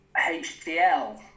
HDL